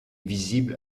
visible